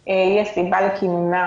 כראוי יש סיבה לכינונה